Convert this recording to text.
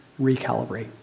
recalibrate